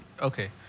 Okay